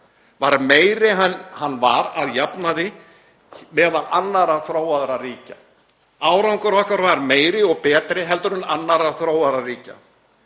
var meiri en hann var að jafnaði meðal annarra þróaðra ríkja. Árangur okkar var meiri og betri en annarra þróaðra ríkja.